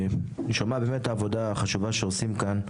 אני שומע באמת את העבודה החשובה שעושים כאן,